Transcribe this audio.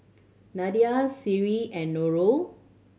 Nadia Seri and Nurul